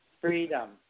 freedom